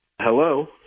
Hello